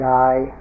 die